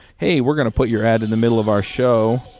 hey, we're going to put your ad in the middle of our show,